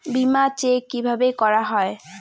বিমা চেক কিভাবে করা হয়?